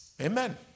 Amen